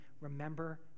remember